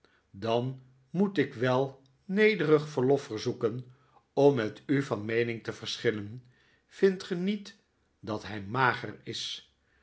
dan moet ik wel nederig verlof verzoeken om met u van meening te verschillen vindt ge niet dat hij mager is